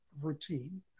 routine